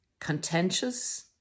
contentious